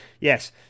Yes